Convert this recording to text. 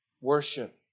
worship